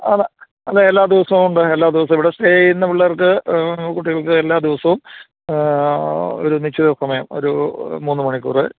അത് അതെല്ലാ ദിവസവുമുണ്ട് എല്ലാ ദിവസവും ഇവിടെ സ്റ്റേ ചെയ്യുന്ന പിള്ളേർക്ക് കുട്ടികൾക്ക് എല്ലാ ദിവസവും ഒരു നിശ്ചിതസമയം ഒരു മൂന്നു മണിക്കൂര്